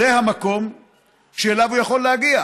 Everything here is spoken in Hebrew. זה המקום שאליו הוא יכול להגיע